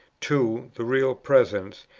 two. the real presence.